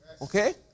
Okay